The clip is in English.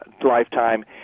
lifetime